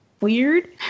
weird